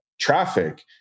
traffic